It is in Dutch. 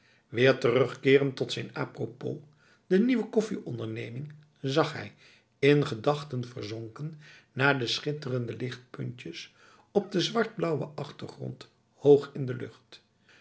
weer terugkerend tot zijn a propos de nieuwe koffieonderneming zag hij in gedachten verzonken naar de schitterende lichtpuntjes op de zwartblauwe achtergrond hoog in de lucht